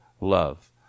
love